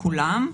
כולם.